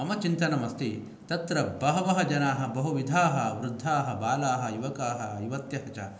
मम चिन्तनमस्ति तत्र बहव जना बहुविधा वृद्धा बाला युवका युवत्य च